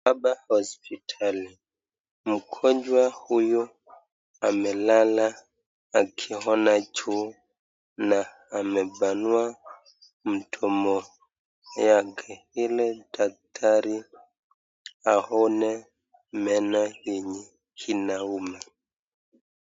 Hapa ni hospitali,, mgonjwa huyu amelala akiona juu na amepanua mdomo yake, ili daktari aone meno yenye inauma.